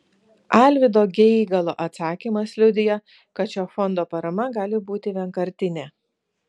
alvydo geigalo atsakymas liudija kad šio fondo parama gali būti vienkartinė